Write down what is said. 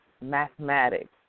mathematics